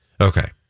Okay